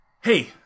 Hey